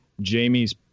Jamie's